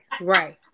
Right